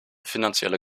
finanzielle